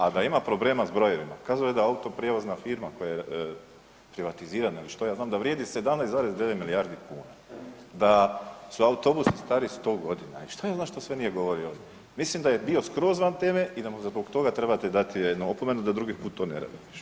A da ima problema s brojevima, kazo je da autoprijevozna firma koja je privatizirana ili što ja znam da vrijedi 17,9 milijardi kuna, da su autobusi stari 100 godina i šta je ono šta sve nije govorio, mislim da je bio skroz van teme i da mu zbog toga trebate dati jednu opomenu da drugi put to ne radi.